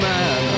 Man